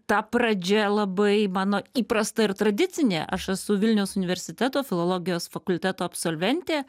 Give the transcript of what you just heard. ta pradžia labai mano įprasta ir tradicinė aš esu vilniaus universiteto filologijos fakulteto absolventė